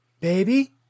baby